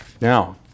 Now